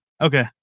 Okay